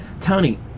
Tony